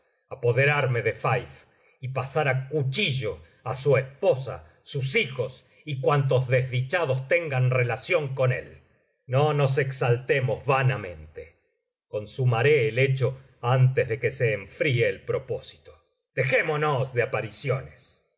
apoderarme de fife y pasar á cuchillo á su esposa sus hijos y cuantos desdichados tengan relación con él no nos exaltemos vanamente consumaré el hecho antes de que se enfríe el propósito dejémonos de apariciones